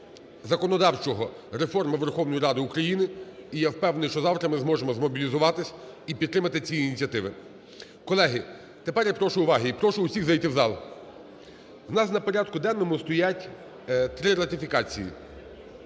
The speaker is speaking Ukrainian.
законодавчої реформи Верховної Ради України. І я впевнений, що завтра ми зможемо змобілізуватися і підтримати ці ініціативи. Колеги, тепер я прошу уваги і прошу всіх зайти в зал. У нас на порядку денному стоять три ратифікації